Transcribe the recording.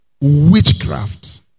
Witchcraft